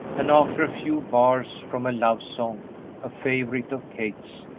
and, after a few bars from a love-song, a favorite of kate's,